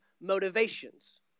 motivations